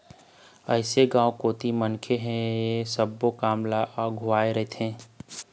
अइसे गाँव कोती मनखे ह ऐ सब्बो काम म अघुवा रहिथे